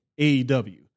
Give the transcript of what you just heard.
AEW